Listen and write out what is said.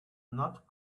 not